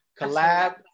collab